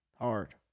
hard